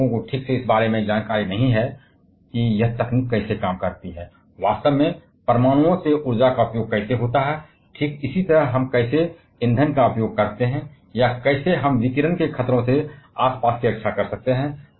लोग इस बारे में ठीक से अवगत नहीं हैं कि यह तकनीक कैसे काम करती है वास्तव में परमाणुओं से ऊर्जा का उपयोग कैसे होता है ठीक इसी तरह हम ईंधन का उपयोग करते हैं या कैसे हम विकिरण के खतरों से आसपास की रक्षा कर सकते हैं